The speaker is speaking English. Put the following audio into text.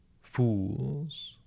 fools